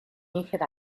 níger